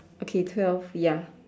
okay twelve ya